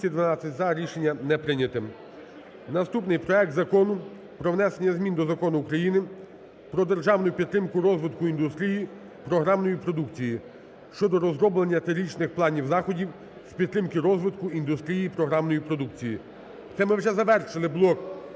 Це ми вже завершили блок